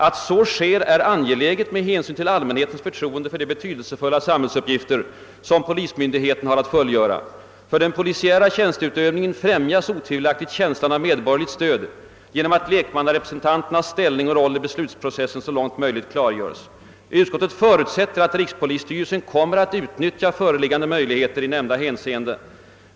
Att så sker är angeläget med hänsyn till allmänhetens förtroende för de betydelsefulla samhällsuppgifter som polismyndigheten har att fullgöra. För den polisiära tjänsteutövningen = främjas otvivelaktigt känslan av medborgerligt stöd genom att lekmannarepresentanternas <ställning och roll i beslutsprocessen så långt möjligt klargöres. Utskottet förutsätter, att rikspolisstyrelsen kommer att utnyttja föreliggande möjligheter i nämnda hänseenden.